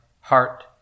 heart